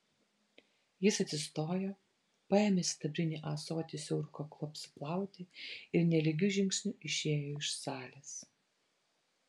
jis atsistojo paėmė sidabrinį ąsotį siauru kaklu apsiplauti ir nelygiu žingsniu išėjo iš salės